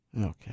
Okay